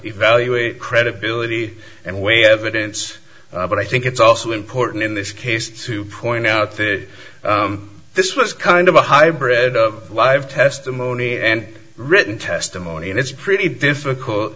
evaluate credibility and weigh evidence but i think it's also important in this case to point out that this was kind of a hybrid of live testimony and written testimony and it's pretty difficult